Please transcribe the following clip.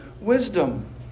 wisdom